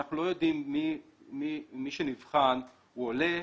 אנחנו לא יודעים אם מי שנבחן הוא עולה,